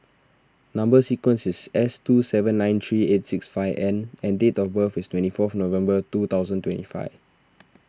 Number Sequence is S two seven nine three eight six five N and date of birth is twenty fourth November two thousand twenty five